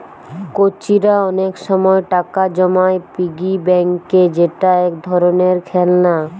কচিরা অনেক সময় টাকা জমায় পিগি ব্যাংকে যেটা এক ধরণের খেলনা